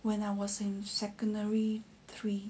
when I was in secondary three